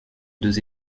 deux